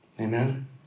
amen